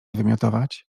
wymiotować